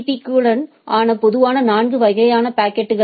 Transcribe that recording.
பீ களுடன் ஆன பொதுவான நான்கு வகையான பாக்கெட்கள்